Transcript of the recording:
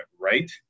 right